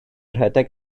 rhedeg